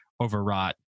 overwrought